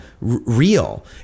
real